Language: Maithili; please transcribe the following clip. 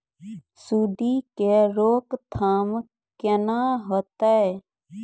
सुंडी के रोकथाम केना होतै?